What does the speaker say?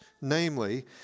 namely